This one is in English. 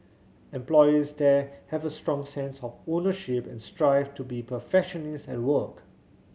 employees there have a strong sense of ownership and strive to be perfectionists at work